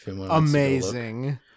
amazing